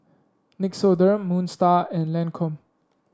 Nixoderm Moon Star and Lancome